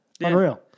Unreal